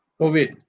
Covid